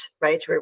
right